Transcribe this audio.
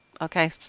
okay